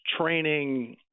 training